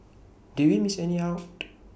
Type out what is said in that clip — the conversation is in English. did we miss any out